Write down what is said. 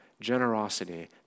generosity